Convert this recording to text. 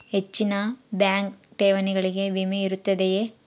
ಹೆಚ್ಚಿನ ಬ್ಯಾಂಕ್ ಠೇವಣಿಗಳಿಗೆ ವಿಮೆ ಇರುತ್ತದೆಯೆ?